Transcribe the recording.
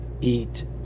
eat